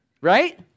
right